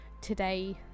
today